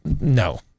no